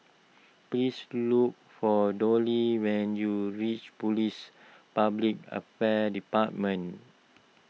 please look for Dolly when you reach Police Public Affairs Department